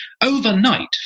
overnight